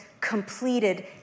completed